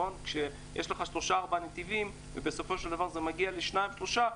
שיש לך שלושה-ארבעה נתיבים ובסופו של דבר זה מגיע לשניים-שלושה,